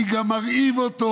אני גם מרעיב אותו.